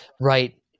Right